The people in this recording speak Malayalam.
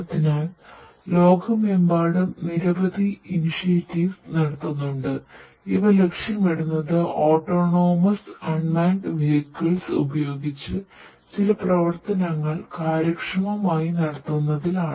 അതിനാൽ ലോകമെമ്പാടും നിരവധി ഇനിഷിയേറ്റിവിസ് ഉപയോഗിച്ച് ചില പ്രവർത്തനങ്ങൾ കാര്യക്ഷമമായി നടത്തുന്നത്തിലാണ്